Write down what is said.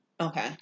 Okay